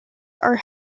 are